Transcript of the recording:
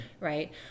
right